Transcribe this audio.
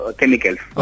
chemicals